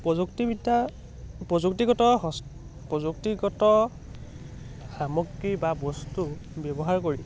প্ৰযুক্তিবিদ্যা প্ৰযুক্তিগত সামগ্ৰী বা বস্তু ব্যৱহাৰ কৰি